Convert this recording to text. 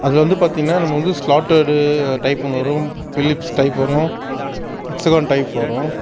அதில் வந்து பார்த்தீங்கனா நம்ம வந்து ஸ்லாடடு டைப் ஒன்று வரும் பிலிப்ஸ் டைப் வரும் ஹெக்ஸன் டைப் வரும்